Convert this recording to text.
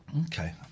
Okay